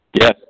Yes